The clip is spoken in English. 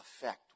effect